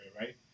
right